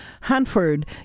Hanford